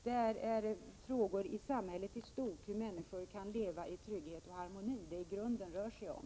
Det är frågor som gäller samhället i stort — hur människor kan leva i trygghet och harmoni —som det i grunden rör sig om.